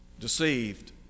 deceived